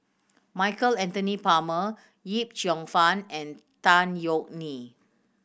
Michael Anthony Palmer Yip Cheong Fun and Tan Yeok Nee